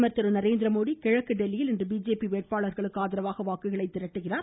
பிரதமர் திரு நரேந்திரமோடி கிழக்கு டெல்லியில் இன்று பிஜேபி வேட்பாளர்களுக்கு ஆதரவாக வாக்குகளை திரட்டுகிறார்